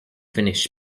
finished